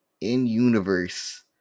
in-universe